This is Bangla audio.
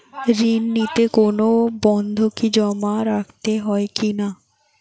ঋণ নিতে কোনো বন্ধকি জমা রাখতে হয় কিনা?